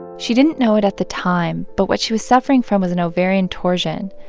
she didn't know it at the time but what she was suffering from was an ovarian torsion,